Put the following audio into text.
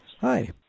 Hi